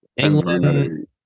england